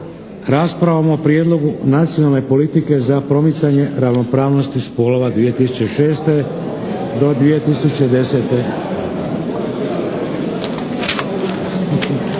raspravom o Prijedlogu nacionalne politike za promicanje ravnopravnosti spolova 2006. do 2010.